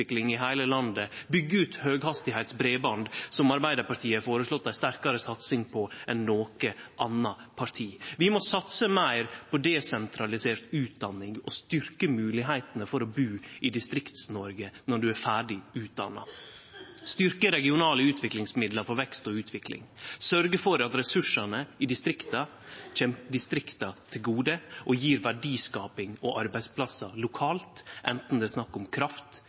i heile landet, byggje ut høghastigheitsbreiband, som Arbeidarpartiet har føreslått ei sterkare satsing på enn noko anna parti. Vi må satse meir på desentralisert utdanning og styrkje moglegheitene for å bu i Distrikts-Noreg når ein er ferdig utdanna, styrkje regionale utviklingsmidlar for vekst og utvikling, sørgje for at ressursane i distrikta kjem distrikta til gode og gjev verdiskaping og arbeidsplassar lokalt, anten det er snakk om kraft,